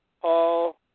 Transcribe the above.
Paul